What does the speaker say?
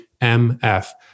M-F